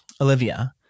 Olivia